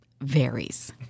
varies